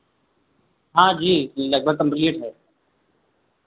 हाँ जी लगभग कंप्लीट है